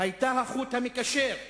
היתה החוט המקשר,